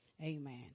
Amen